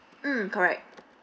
mm correct